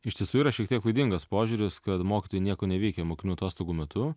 iš tiesų yra šiek tiek klaidingas požiūris kad mokytojai nieko neveikia mokinių atostogų metu